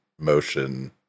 motion